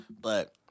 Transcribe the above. but-